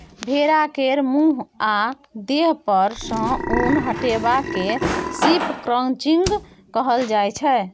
भेड़ा केर मुँह आ देह पर सँ उन हटेबा केँ शिप क्रंचिंग कहल जाइ छै